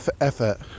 effort